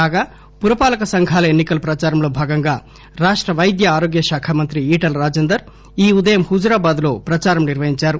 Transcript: కాగా పురపాలక సంఘాల ఎన్ని కల ప్రదారంలో భాగంగా రాష్ట వైద్య ఆరోగ్య శాఖ మంత్రి ఈటల రాజేందర్ ఈ ఉదయం హుజురాబాద్ లో ప్రదారం నిర్వహించారు